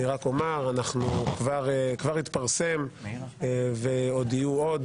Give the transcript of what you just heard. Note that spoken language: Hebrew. אני רק אומר שכבר התפרסמו והיו עוד